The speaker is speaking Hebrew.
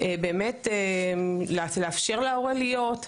באמת לאפשר להורה להיות,